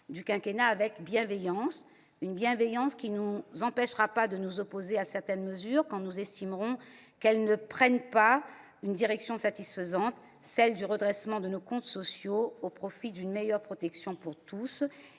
du quinquennat avec bienveillance, mais une bienveillance qui ne nous empêchera pas de nous opposer à certaines mesures lorsque nous estimerons qu'elles ne prennent pas une direction satisfaisante, celle du redressement de nos comptes sociaux au profit d'une meilleure protection pour tous.